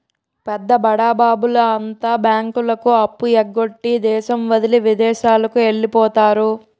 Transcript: పెద్ద బడాబాబుల అంతా బ్యాంకులకు అప్పు ఎగ్గొట్టి దేశం వదిలి విదేశాలకు వెళ్లిపోతారు